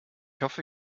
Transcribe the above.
hoffe